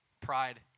pride